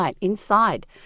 inside